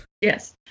yes